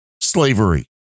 slavery